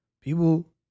people